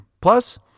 Plus